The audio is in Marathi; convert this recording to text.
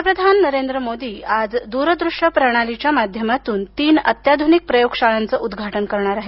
पंतप्रधान नरेंद्र मोदी आज दूर दृश्य प्रणालीच्या माध्यमांतून तीन अत्याधुनिक प्रयोगशाळांचं उद्घाटन करणार आहेत